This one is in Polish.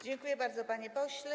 Dziękuję bardzo, panie pośle.